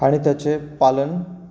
आणि त्याचे पालन